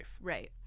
Right